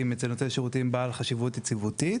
אצל נותן שירותים בעל חשיבות יציבותית.